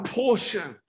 portion